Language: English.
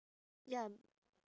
ya